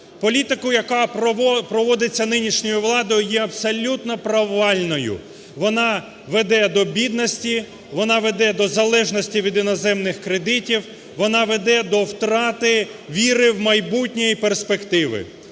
Політику, яка проводиться нинішньої владою, є абсолютно провальною, вона веде до бідності, вона веде до залежності від іноземних кредитів, вона веде до втрати віри в майбутнє і перспективи.